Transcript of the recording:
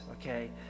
okay